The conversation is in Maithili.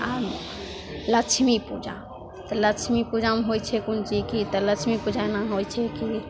आओर लक्ष्मी पूजा तऽ लक्ष्मी पूजामे होइ छै कोन चीज कि तऽ लक्ष्मी पूजा एना होइ छै कि